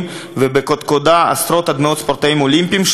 ובקודקודה עשרות עד מאות ספורטאים אולימפיים,